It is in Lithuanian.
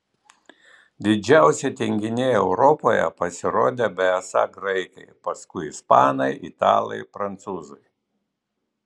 didžiausi tinginiai europoje pasirodė besą graikai paskui ispanai italai prancūzai